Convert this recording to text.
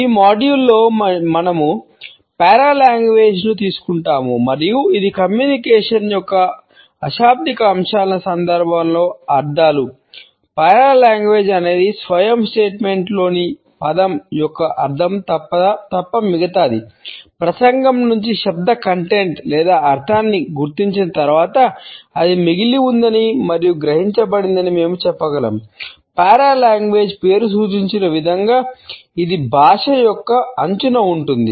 ఈ మాడ్యూల్లో పేరు సూచించిన విధంగా ఇది భాష యొక్క అంచున ఉంటుంది